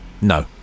No